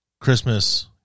christmas